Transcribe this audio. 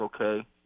okay